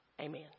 Amen